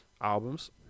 albums